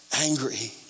angry